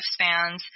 lifespans